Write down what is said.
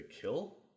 kill